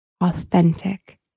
authentic